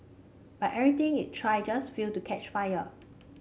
but everything it tried just failed to catch fire